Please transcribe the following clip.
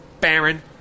Baron